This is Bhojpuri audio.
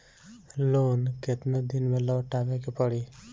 लोन केतना दिन में लौटावे के पड़ी?